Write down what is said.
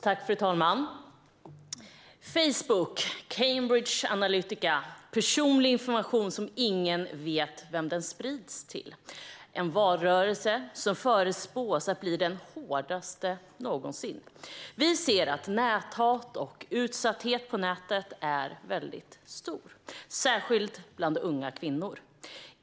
Fru talman! Vi har Facebook, Cambridge Analytica och personlig information som ingen vet vem den sprids till. Vi har en valrörelse som förutspås bli den hårdaste någonsin. Vi ser att näthat och utsatthet på nätet är väldigt stort, särskilt bland unga kvinnor.